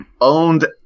owned